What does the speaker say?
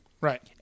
Right